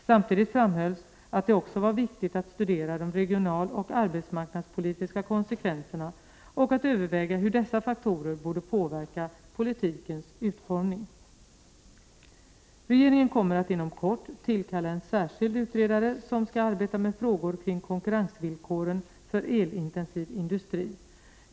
Samtidigt framhölls att det också var viktigt att studera de regionaloch arbetsmarknadspolitiska konsekvenserna och att överväga hur dessa faktorer borde påverka politikens utformning. Regeringen kommer att inom kort tillkalla en särskild utredare, som skall arbeta med frågor kring konkurrensvillkoren för elintensiv industri.